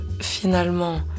finalement